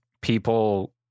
people